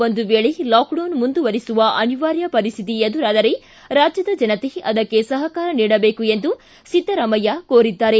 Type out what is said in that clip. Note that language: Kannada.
ಒಂದು ವೇಳೆ ಲಾಕ್ಡೌನ್ ಮುಂದುವರಿಸುವ ಅನಿವಾರ್ಯ ಪರಿಸ್ಥಿತಿ ಎದುರಾದರೆ ರಾಜ್ಯದ ಜನತೆ ಅದಕ್ಷೆ ಸಹಕಾರ ನೀಡಬೇಕು ಎಂದು ಸಿದ್ದರಾಮಯ್ಯ ಕೋರಿದ್ದಾರೆ